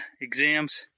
Exams